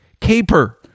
CAPER